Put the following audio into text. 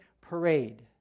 parade